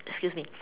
excuse me